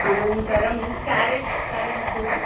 अनन्तरं carrot carrot अस्ति वा